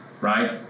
right